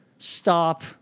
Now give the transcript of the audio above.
stop